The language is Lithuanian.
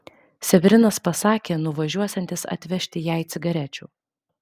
severinas pasakė nuvažiuosiantis atvežti jai cigarečių